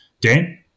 Dan